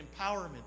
empowerment